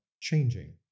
changing